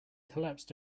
collapsed